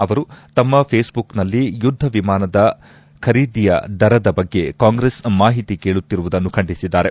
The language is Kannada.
ಅವರು ತಮ್ನ ಫೇಸ್ ಬುಕ್ನಲ್ಲಿ ಯುದ್ದ ವಿಮಾನದ ಖರೀದಿಯ ದರದ ಬಗ್ಗೆ ಕಾಂಗ್ರೆಸ್ ಮಾಹಿತಿ ಕೇಳುತ್ತಿರುವುದನ್ನು ಖಂಡಿಸಿದ್ದಾರೆ